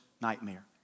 nightmare